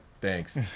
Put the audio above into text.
thanks